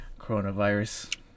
coronavirus